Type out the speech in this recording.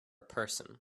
person